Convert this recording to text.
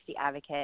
advocate